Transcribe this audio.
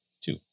two